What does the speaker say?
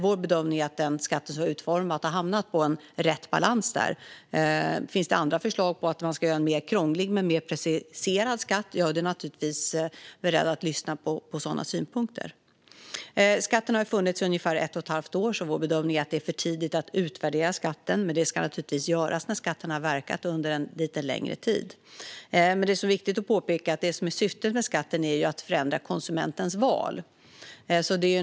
Vår bedömning är att skatten så som den är utformad har hamnat på rätt balans. Jag är naturligtvis beredd att lyssna på andra förslag på en mer krånglig men mer preciserad skatt. Skatten har funnits i ungefär ett och ett halvt år. Vår bedömning är att det är för tidigt att utvärdera skatten, men det ska naturligtvis göras när skatten har verkat under lite längre tid. Det som är viktigt att påpeka är att syftet med skatten är att förändra konsumentens val.